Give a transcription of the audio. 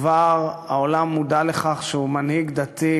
והעולם כבר מודע לכך שהוא מנהיג דתי